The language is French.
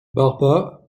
barba